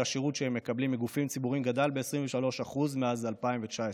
השירות שהם מקבלים מגופים ציבוריים גדל ב-23% מאז 2019,